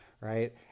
right